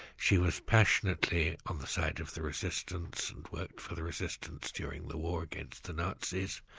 she was passionately on the side of the resistance and worked for the resistance during the war against the nazis,